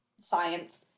science